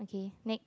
K next